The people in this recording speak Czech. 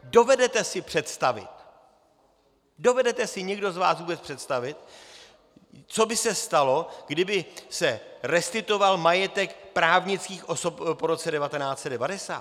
Dovedete si představit, dovedete si někdo z vás vůbec představit, co by se stalo, kdyby se restituoval majetek právnických osob po roce 1990?